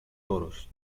toros